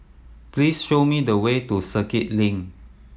please show me the way to Circuit Link